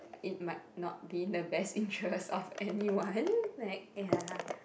it might not be in the best interest of anyone like ya